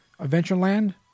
Adventureland